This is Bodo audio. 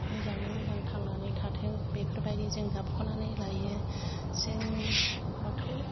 मोजाङै मोजां थांनानै थाथों बेफोरबायदि जों गाबख'नानै लायो जों बाथौ